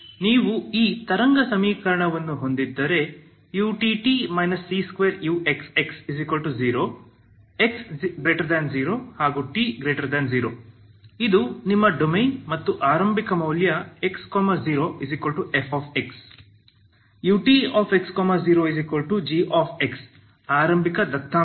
ನೀವು ಈ ತರಂಗ ಸಮೀಕರಣವನ್ನು ಹೊಂದಿದ್ದರೆ utt c2uxx0 x0 t0 ಇದು ನಿಮ್ಮ ಡೊಮೇನ್ ಮತ್ತು ಆರಂಭಿಕ ಮೌಲ್ಯ x0f utx0g ಆರಂಭಿಕ ದತ್ತಾಂಶವಾಗಿ